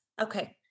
Okay